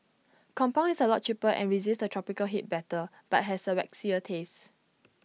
compound is A lot cheaper and resists the tropical heat better but has A waxier taste